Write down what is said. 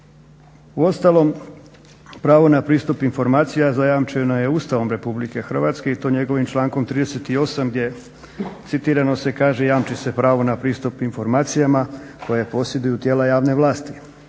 Uostalom pravo na pristup informacijama zajamčena je Ustavom RH i to njegovim člankom 38. gdje citirano se kaže jamči se pravo na pristup informacijama koje posjeduju tijela javne vlasti.